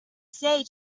say